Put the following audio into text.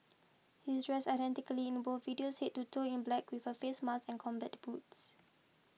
he's dressed identically in both videos head to toe in black with a face mask and combat boots